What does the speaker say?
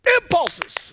Impulses